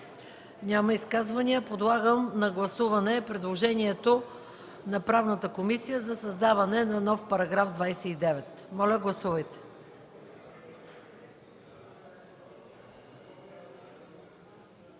Няма изказвания? Подлагам на гласуване предложението на Правната комисия за създаване на нов § 29. Гласували